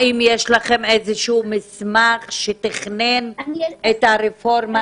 האם יש לכם איזשהו מסמך שתכנן את הרפורמה?